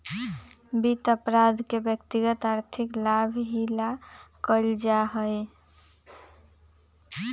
वित्त अपराध के व्यक्तिगत आर्थिक लाभ ही ला कइल जा हई